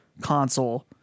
console